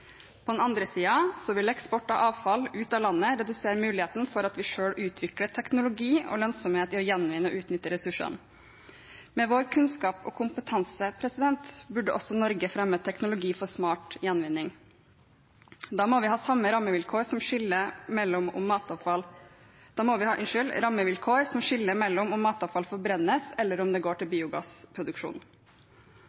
På den andre siden vil eksport av avfall ut av landet redusere muligheten for at vi selv utvikler teknologi og lønnsomhet i å gjenvinne og utnytte ressursene. Med vår kunnskap og kompetanse burde også Norge fremme teknologi for smart gjenvinning. Da må vi ha rammevilkår som skiller mellom om matavfall forbrennes eller om det går til biogassproduksjon. Mye tyder på at vi mangler en helhetlig plan med klare målsettinger og virkemidler for